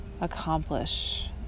accomplish